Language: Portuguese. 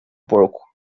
porco